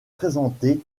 présentées